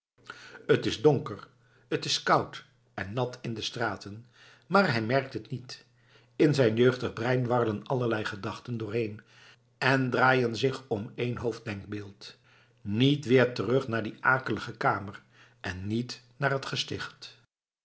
t is donker t is koud en nat in de straten maar hij merkt het niet in zijn jeugdig brein warrelen allerlei gedachten dooreen en draaien zich om één hoofddenkbeeld niet weer terug naar die akelige kamer en niet naar het gesticht